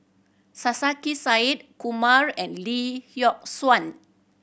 Sarkasi Said Kumar and Lee Yock Suan